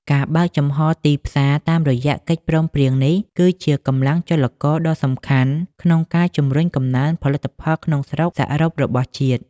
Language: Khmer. ការបើកចំហទីផ្សារតាមរយៈកិច្ចព្រមព្រៀងនេះ គឺជាកម្លាំងចលករដ៏សំខាន់ក្នុងការជំរុញកំណើនផលិតផលក្នុងស្រុកសរុបរបស់ជាតិ។